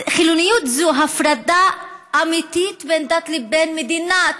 חילוניות זו הפרדה אמיתית בין דת לבין מדינה.